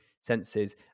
senses